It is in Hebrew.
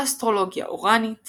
אסטרולוגיה אוראנית